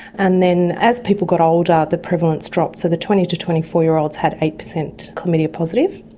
and then as people got older the prevalence dropped. so the twenty to twenty four year olds had eight percent chlamydia positive.